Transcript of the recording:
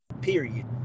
period